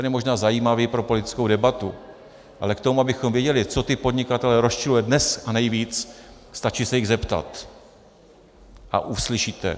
Ten je možná zajímavý pro politickou debatu, ale k tomu, abychom věděli, co ty podnikatele rozčiluje dnes nejvíc, stačí se jich zeptat, a uslyšíte.